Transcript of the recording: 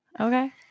Okay